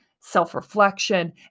self-reflection